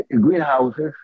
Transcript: greenhouses